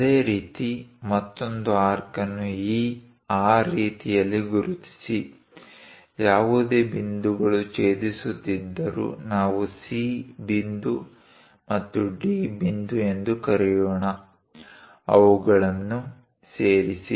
ಅದೇ ರೀತಿ ಮತ್ತೊಂದು ಆರ್ಕ್ ಅನ್ನು ಆ ರೀತಿಯಲ್ಲಿ ಗುರುತಿಸಿ ಯಾವುದೇ ಬಿಂದುಗಳು ಛೇದಿಸುತ್ತಿದ್ದರೂ ನಾವು C ಬಿಂದು ಮತ್ತು D ಬಿಂದು ಎಂದು ಕರೆಯೋಣ ಅವುಗಳನ್ನು ಸೇರಿಸಿ